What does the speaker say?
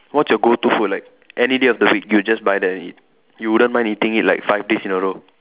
what's your go to food like any day of the week you just buy that and eat you wouldn't mind eating it like five days in a row